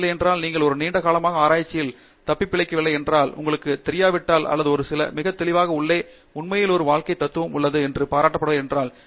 இல்லையென்றால் நீங்கள் ஒரு நீண்ட காலமாக ஆராய்ச்சியில் தப்பிப்பிழைக்கவில்லை என்றால் உங்களுக்கு தெரியாவிட்டால் அல்லது ஒரு சில மிக தெளிவாக உள்ளே ஏன் உண்மையில் ஒரு வாழ்க்கை தத்துவம் உள்ளது என்று பாராட்டவில்லை என்றால்